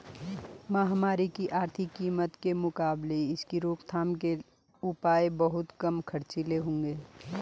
महामारी की आर्थिक कीमत के मुकाबले इसकी रोकथाम के उपाय बहुत कम खर्चीले होंगे